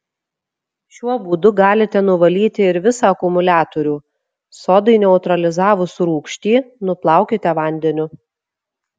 šiuo būdu galite nuvalyti ir visą akumuliatorių sodai neutralizavus rūgštį nuplaukite vandeniu